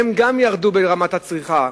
גם הן ירדו ברמת הצריכה,